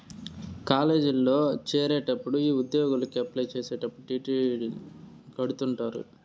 కాలేజీల్లో చేరేటప్పుడు ఉద్యోగలకి అప్లై చేసేటప్పుడు డీ.డీ.లు కడుతుంటారు